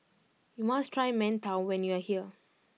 you must try Mantou when you are here